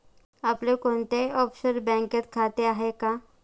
आपले कोणत्याही ऑफशोअर बँकेत खाते आहे का?